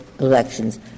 Elections